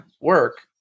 work